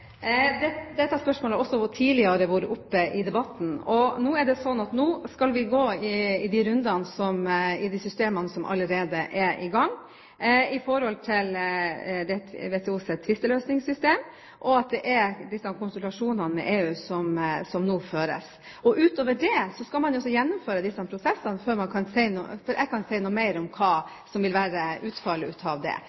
selprodukter? Dette spørsmålet har også tidligere vært oppe i debatten. Nå er det sånn at vi skal gå rundene i de systemene som allerede er i gang med hensyn til WTOs tvisteløsningssystem, og det er konsultasjoner med EU som nå føres. Utover det skal man jo også gjennomføre disse prosessene før jeg kan si noe mer om hva